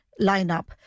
lineup